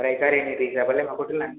ओमफ्राय गारिनि रिजाबालाय माखौथो लानो